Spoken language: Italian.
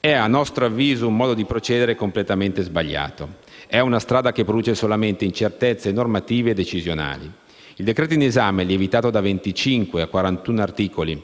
è, a nostro avviso, un modo di procedere completamente sbagliato e costituisce una strada che produce solamente incertezze normative e decisionali. Il decreto-legge in esame, lievitato da 25 a 41 articoli,